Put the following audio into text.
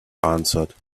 answered